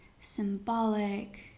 symbolic